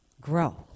grow